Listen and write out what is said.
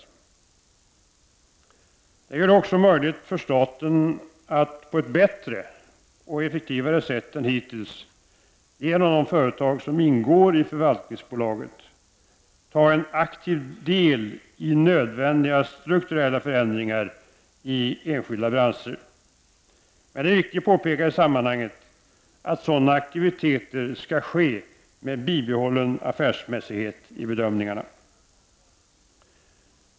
Det gör det också möjligt för staten att på ett bättre och effektivare sätt än hittills, genom de företag som ingår i förvaltningsbolaget, tar en aktiv del i nödvändiga strukturella förändringar i enskilda branscher. Det är viktigt att i sammanhanget påpeka att sådana aktiviteter skall ske med bibehållen affärsmässighet i bedömningarna.